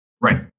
Right